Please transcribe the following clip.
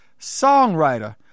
songwriter